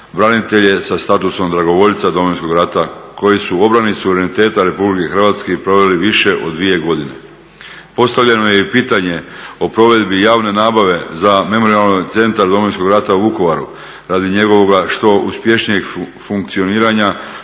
branitelje sa statusom dragovoljca Domovinskog rata koji su u obrani suvereniteta RH proveli više od 2 godine. Postavljeno je i pitanje o provedbi javne nabave za Memorijalni centar Domovinskog rata u Vukovaru, radi njegovoga što uspješnijeg funkcioniranja